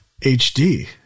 HD